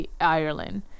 Ireland